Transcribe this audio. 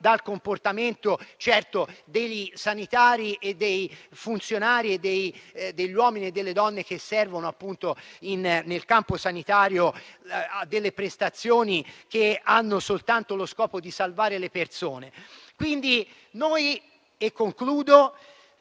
dal comportamento dei sanitari, dei funzionari e degli uomini e delle donne che operano nel campo sanitario con delle prestazioni che hanno soltanto lo scopo di salvare le persone. [**Presidenza del